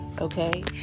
Okay